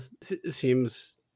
seems